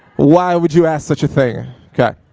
why would you ask such a thing? okay.